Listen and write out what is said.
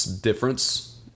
difference